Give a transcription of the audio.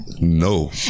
no